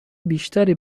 بیشتری